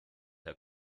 herr